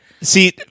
see